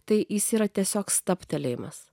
tai jis yra tiesiog stabtelėjimas